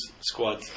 squad